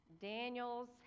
Daniel's